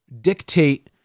dictate